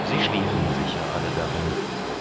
sie schliefen sicher alle darin